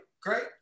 great